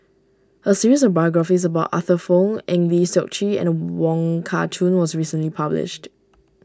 a series of biographies about Arthur Fong Eng Lee Seok Chee and Wong Kah Chun was recently published